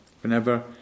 whenever